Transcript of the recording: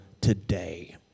today